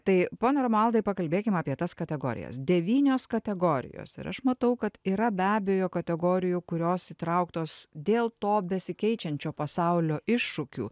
tai pone romualdai pakalbėkim apie tas kategorijas devynios kategorijos ir aš matau kad yra be abejo kategorijų kurios įtrauktos dėl to besikeičiančio pasaulio iššūkių